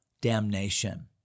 damnation